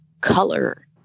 color